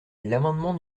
l’amendement